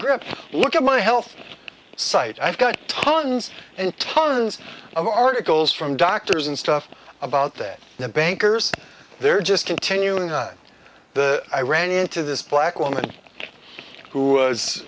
grip look at my health site i've got tons and tons of articles from doctors and stuff about that the bankers they're just continuing the i ran into this black woman who was